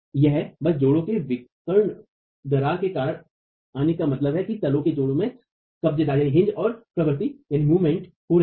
यह बस जोड़ों में विकर्ण दरार के कारण आने का मतलब है कि तलों के जोड़ों में कब्जेदार और प्रवर्ती हो रही है